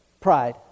pride